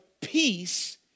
peace